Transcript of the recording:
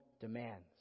demands